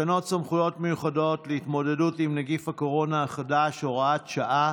תקנות סמכויות מיוחדות להתמודדות עם נגיף הקורונה החדש (הוראת שעה)